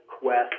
quest